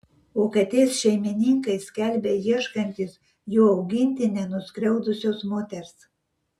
o katės šeimininkai skelbia ieškantys jų augintinę nuskriaudusios moters